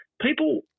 People